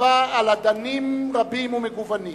וניצבה על אדנים רבים ומגוונים.